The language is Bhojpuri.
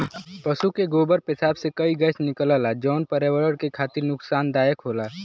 पसु के गोबर पेसाब से कई गैस निकलला जौन पर्यावरण के खातिर नुकसानदायक होला